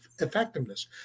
effectiveness